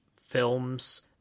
films